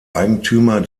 eigentümer